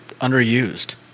underused